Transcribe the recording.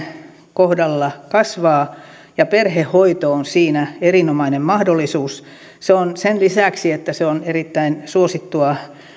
kohdalla kasvaa ja perhehoito on siinä erinomainen mahdollisuus sen lisäksi että se on erittäin suosittua